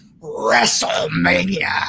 wrestlemania